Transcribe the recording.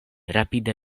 rapide